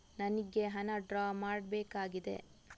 ನನಿಗೆ ಹಣ ಡ್ರಾ ಮಾಡ್ಬೇಕಾಗಿದೆ